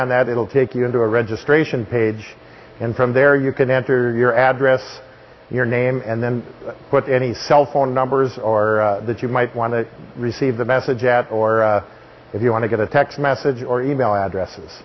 on that it will take you into a registration page and from there you can enter your address your name and then put any cell phone numbers are that you might want to receive the message at or if you want to get a text message or email addresses